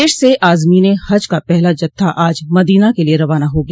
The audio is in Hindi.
प्रदेश से आजमीने हज का पहला जत्था आज मदीना क लिए रवाना हो गया